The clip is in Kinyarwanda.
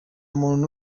muntu